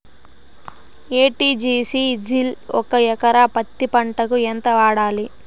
ఎ.టి.జి.సి జిల్ ఒక ఎకరా పత్తి పంటకు ఎంత వాడాలి?